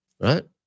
right